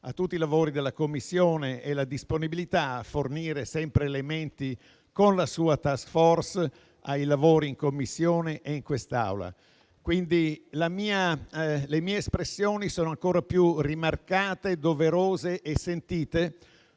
a tutti i lavori della Commissione e per la disponibilità a fornire sempre nuovi elementi con la sua *task force* ai lavori in Commissione e in quest'Aula. Le mie espressioni sono ancora più rimarcate, doverose e sentite